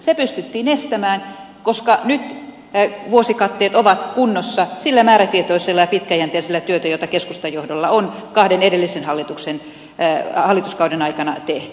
se pystyttiin estämään koska nyt vuosikatteet ovat kunnossa sillä määrätietoisella ja pitkäjänteisellä työllä jota keskustan johdolla on kahden edellisen hallituskauden aikana tehty